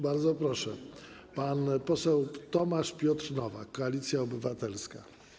Bardzo proszę, pan poseł Tomasz Piotr Nowak, Koalicja Obywatelska.